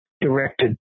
directed